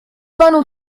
panu